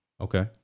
Okay